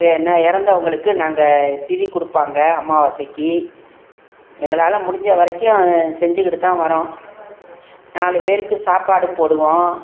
பே என்ன இறந்தவங்களுக்கு நாங்கள் திதி கொடுப்பாங்க அம்மாவாசைக்கு எங்களால் முடிஞ்ச வரைக்கும் செஞ்சுக்கிட்டு தான் வர்றோம் நாலு பேருக்கு சாப்பாடும் போடுவோம்